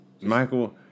Michael